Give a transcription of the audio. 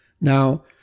Now